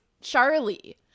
Charlie